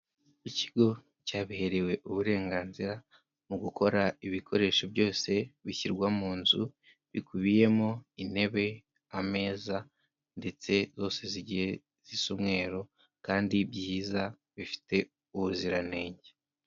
Ikigo cyabiherewe uburenganzira mu gukora ibikoresho byose bishyirwa mu nzu, bikubiyemo intebe ameza ndetse zose zigiye zisa umweru kandi byiza bifite ubuziranenge.